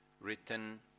written